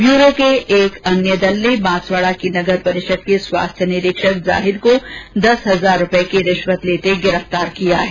bureau के एक दल ने बांसवाडा की नगर परिषद के स्वास्थ्य निरीक्षक जाहिद को दस हजार रूपए की रिश्वत लेते हुए गिरफ्तार किया है